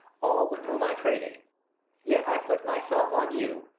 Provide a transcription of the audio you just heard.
all with whom i traded yet i put my self on you,